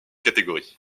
catégorie